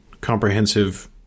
comprehensive